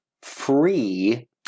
free